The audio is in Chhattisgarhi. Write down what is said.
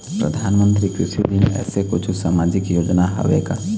परधानमंतरी कृषि ऋण ऐसे कुछू सामाजिक योजना हावे का?